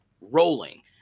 rolling